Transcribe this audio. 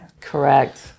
Correct